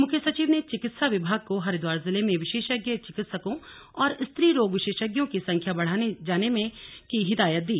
मुख्य सचिव ने चिकित्सा विभाग को हरिद्वार जिले में विशेषज्ञ चिकित्सकों और स्त्री रोग विशेषज्ञों की संख्या बढ़ाये जाने की हिदायत भी दी